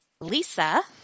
Lisa